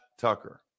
tucker